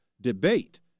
debate